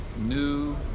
new